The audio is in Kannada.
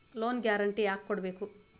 ಲೊನ್ ಗ್ಯಾರ್ಂಟಿ ಯಾಕ್ ಕೊಡ್ಬೇಕು?